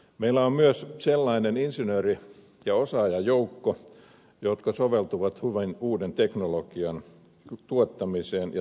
meillä on myös sellainen insinööri ja osaajajoukko joka soveltuu hyvin uuden teknologian tuottamiseen ja tuotekehitykseen